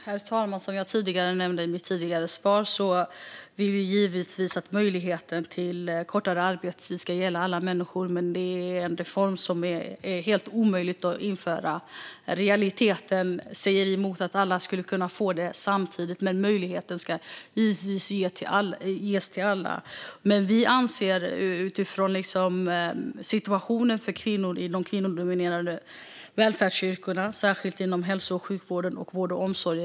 Herr talman! Som jag tidigare nämnde vill vi givetvis att möjligheten till kortare arbetstid ska gälla alla människor, men det är en reform som är helt omöjlig att genomföra. Realiteten säger emot att alla skulle kunna få det samtidigt, men möjligheten ska givetvis ges till alla. Vi ser på situationen för kvinnor i kvinnodominerade välfärdsyrken, särskilt inom hälso och sjukvård och vård och omsorg.